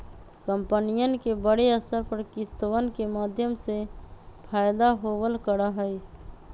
कम्पनियन के बडे स्तर पर किस्तवन के माध्यम से फयदा होवल करा हई